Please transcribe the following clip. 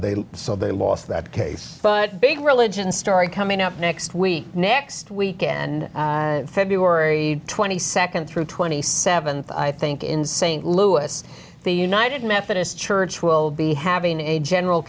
against so they lost that case but big religion story coming up next week next week and february twenty second through twenty seventh i think in st louis the united methodist church will be having a general